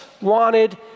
wanted